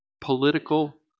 political